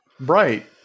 Right